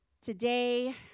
Today